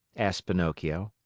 asked pinocchio.